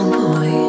boy